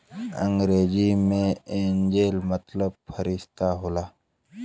अंग्रेजी मे एंजेल मतलब फ़रिश्ता होला